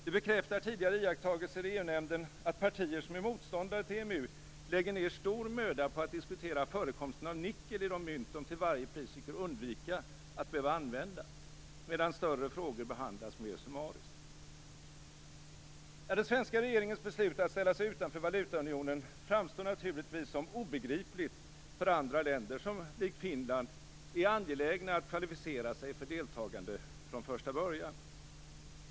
Det bekräftar tidigare iakttagelser i EU-nämnden, att partier som är motståndare till EMU lägger ned stor möda på att diskutera förekomsten av nickel i de mynt som de till varje pris vill undvika att behöva använda medan större frågor behandlas mer summariskt. Den svenska regeringens beslut att ställa sig utanför valutaunionen framstår naturligtvis som obegripligt för andra länder som likt Finland är angelägna att kvalificera sig för deltagande från första början.